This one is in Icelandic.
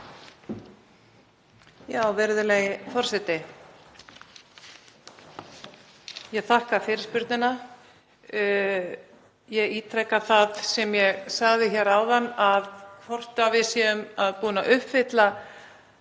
Virðulegi forseti. Ég þakka fyrirspurnina. Ég ítreka það sem ég sagði hér áðan að ég efa að við séum búin að uppfylla